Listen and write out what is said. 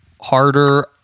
harder